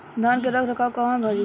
धान के रख रखाव कहवा करी?